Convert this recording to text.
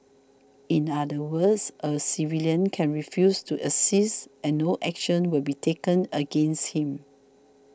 in other words a civilian can refuse to assist and no action will be taken against him